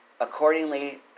Accordingly